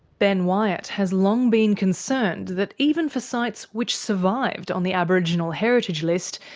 ben wyatt has long been concerned that even for sites which survived on the aboriginal heritage list,